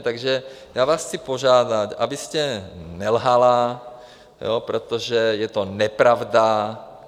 Takže já vás chci požádat, abyste nelhala, protože to je nepravda.